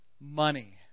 Money